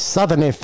Southern